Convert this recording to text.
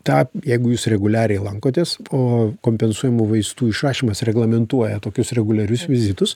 tą jeigu jūs reguliariai lankotės o kompensuojamų vaistų išrašymas reglamentuoja tokius reguliarius vizitus